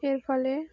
এর ফলে